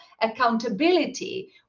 accountability